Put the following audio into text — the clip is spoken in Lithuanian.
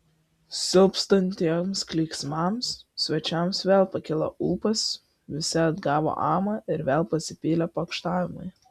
silpstant tiems klyksmams svečiams vėl pakilo ūpas visi atgavo amą ir vėl pasipylė pokštavimai